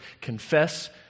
Confess